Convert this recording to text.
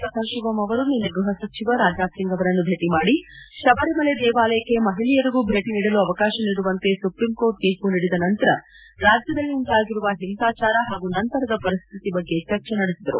ಸಥಾಶಿವಂ ಅವರು ನಿನ್ನೆ ಗೃಹ ಸಚಿವ ರಾಜನಾಥ್ ಸಿಂಗ್ ಅವರನ್ನು ಭೇಟಿ ಮಾಡಿ ಶಬರಿಮಲೆ ದೇವಾಲಯಕ್ಕೆ ಮಹಿಳೆಯರಿಗೂ ಭೇಟಿ ನೀಡಲು ಅವಕಾಶ ನೀಡುವಂತೆ ಸುಪ್ರೀಂಕೋರ್ಟ್ ತೀರ್ಪು ನೀಡಿದ ನಂತರ ರಾಜ್ಯದಲ್ಲಿ ಉಂಟಾಗಿರುವ ಹಿಂಸಾಚಾರ ಹಾಗೂ ನಂತರದ ಪರಿಸ್ಥಿತಿ ಬಗ್ಗೆ ಚರ್ಚೆ ನಡೆಸಿದರು